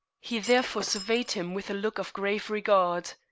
he therefore surveyed him with a look of grave regard.